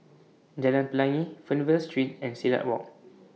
Jalan Pelangi Fernvale Street and Silat Walk